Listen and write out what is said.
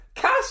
Cash